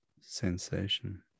sensation